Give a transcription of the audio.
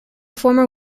former